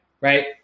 right